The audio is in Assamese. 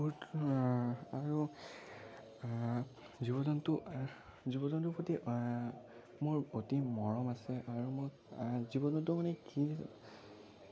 কুকুৰ আৰু জীৱ জন্তু জীৱ জন্তুৰ প্ৰতি মোৰ অতি মৰম আছে আৰু মোৰ জীৱ জন্তু মানে কি